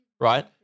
right